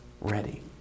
ready